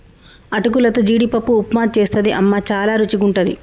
అటుకులతో జీడిపప్పు ఉప్మా చేస్తది అమ్మ చాల రుచిగుంటది